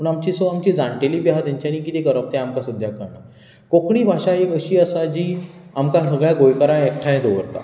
पूण आमचीं सो आमचीं जाण्टेलीं बी आहा तेंच्यानी कितें करप तें आमकां सद्या कळनां कोंकणी भाशा एक अशी आसा जी आमकां सगळ्या गोंयकारांक एकठांय दवरता